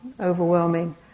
overwhelming